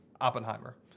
Oppenheimer